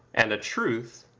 and a truth,